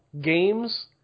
games